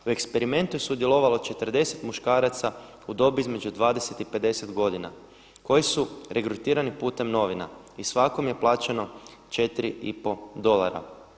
U eksperimentu je sudjelovalo 40 muškaraca u dobi između 20 i 50 godina koji su regrutirani putem novina i svakom je plaćeno 4 i pol dolara.